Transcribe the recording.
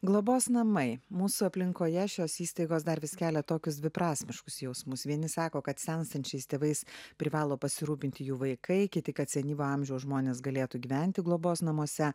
globos namai mūsų aplinkoje šios įstaigos dar vis kelia tokius dviprasmiškus jausmus vieni sako kad senstančiais tėvais privalo pasirūpinti jų vaikai kiti kad senyvo amžiaus žmonės galėtų gyventi globos namuose